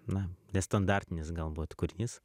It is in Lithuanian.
na nestandartinis galbūt kūrinys